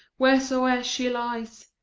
wheresoe'er she lies,